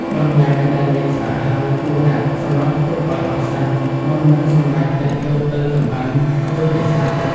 បន្លែដែលលាងស្អាតហើយគួរដាក់សម្រស់ទឹកឱ្យអស់សិន មុននឹងសម្រេចចិត្តយកទៅចម្អិន ឬរក្សាទុក។